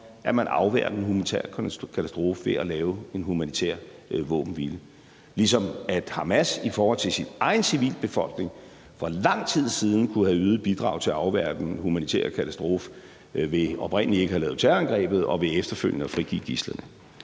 at man afværger den humanitære katastrofe ved at lave en humanitær våbenhvile, ligesom Hamas i forhold til sin egen civilbefolkning for lang tid siden kunne have ydet et bidrag til at afværge den humanitære katastrofe ved oprindelig ikke at have lavet terrorangrebet og ved efterfølgende at frigive gidslerne.